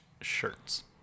shirts